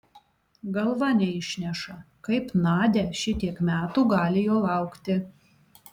galva neišneša kaip nadia šitiek metų gali jo laukti